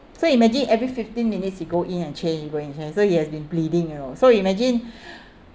so imagine every fifteen minutes you go in and change go in and change so he has been bleeding you know so you imagine